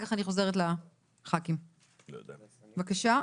בבקשה.